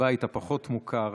הבית הפחות-מוכר,